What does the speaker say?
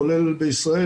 כולל בישראל.